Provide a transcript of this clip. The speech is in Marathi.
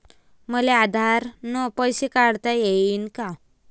मले आधार न पैसे काढता येईन का?